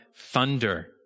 thunder